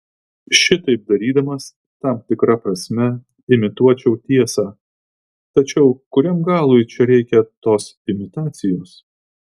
šitaip darydamas tam tikra prasme imituočiau tiesą tačiau kuriam galui čia reikia tos imitacijos